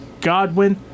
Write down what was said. Godwin